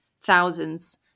thousands